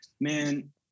man